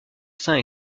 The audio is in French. sains